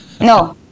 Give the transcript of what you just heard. No